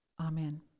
Amen